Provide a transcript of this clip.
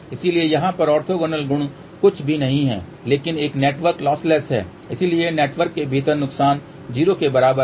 इसलिए यहाँ पर ऑर्थोगोनल गुण कुछ भी नहीं है क्योंकि एक नेटवर्क लॉसलेस है इसलिए नेटवर्क के भीतर नुकसान 0 के बराबर है